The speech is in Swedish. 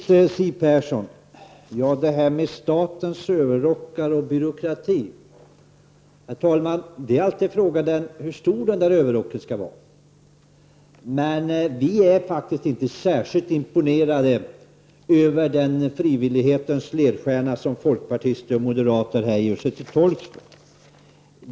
Siw Persson talade om statens överrockar och byråkrati. Det är allt en fråga om hur stor överrocken skall vara. Vi är faktiskt inte särskilt imponerade av den frivillighetens ledstjärna som folkpartister och moderater gör sig till tolk för.